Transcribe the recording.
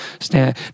stand